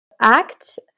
Act